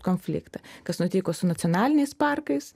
konfliktą kas nutiko su nacionaliniais parkais